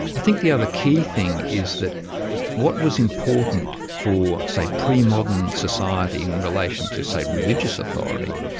i think the other key thing is that what was important for, say, pre-modern society in relation to, say, religious authority,